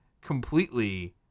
completely